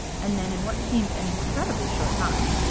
and then in what seemed an incredibly short time,